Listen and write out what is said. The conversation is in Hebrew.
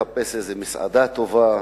מחפש איזה מסעדה טובה,